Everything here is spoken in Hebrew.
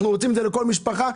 שאנחנו רוצים את זה לכל משפחה.